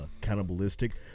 cannibalistic